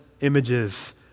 images